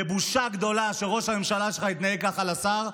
בבושה גדולה שראש הממשלה שלך התנהג ככה לשר,